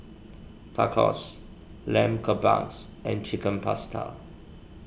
Tacos Lamb Kebabs and Chicken Pasta